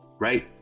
right